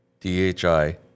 DHI